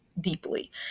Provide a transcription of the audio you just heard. deeply